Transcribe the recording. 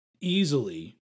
easily